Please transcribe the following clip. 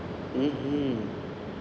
mm mmhmm